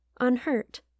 unhurt